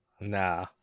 Nah